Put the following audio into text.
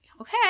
okay